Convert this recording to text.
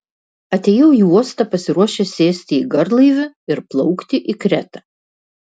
atėjau į uostą pasiruošęs sėsti į garlaivį ir plaukti į kretą